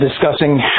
discussing